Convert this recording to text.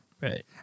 Right